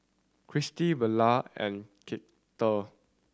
Kristy Bula and Karter